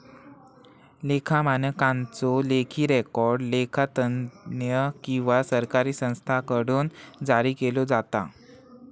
लेखा मानकांचो लेखी रेकॉर्ड लेखा तज्ञ किंवा सरकारी संस्थांकडुन जारी केलो जाता